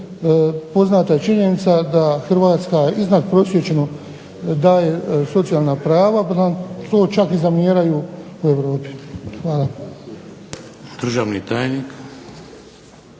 poznata je činjenica da Hrvatska iznadprosječno daje socijalna prava pa nam to čak i zamjeraju u Europi. Hvala. **Šeks, Vladimir